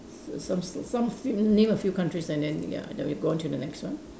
s~ some s~ some f~ name a few countries and then ya then we go on to the next one